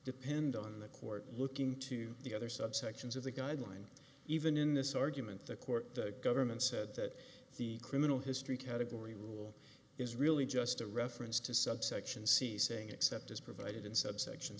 depend on the court looking to the other subsections of the guideline even in this argument the court the government said that the criminal history category rule is really just a reference to subsection c saying except as provided in subsection